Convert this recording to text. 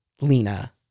Lena